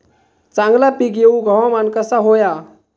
चांगला पीक येऊक हवामान कसा होया?